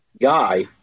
guy